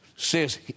says